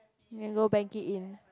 you can go bank it in